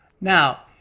Now